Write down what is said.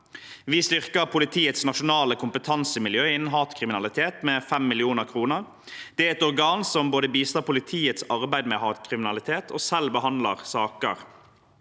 Vi styrker politiets Nasjonalt kompetansemiljø innen hatkriminalitet med 5 mill. kr. Det er et organ som både bistår politiets arbeid med hatkriminalitet og selv behandler saker.